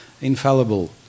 infallible